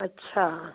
अच्छा